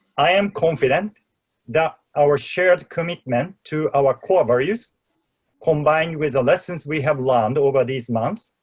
i am confident that our shared commitment to our core values combined with the lessons we have learned over these months,